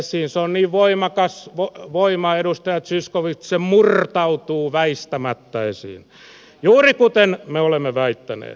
se on niin voimakas voima edustaja zyskowicz se murtautuu väistämättä esiin juuri kuten me olemme väittäneet